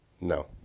no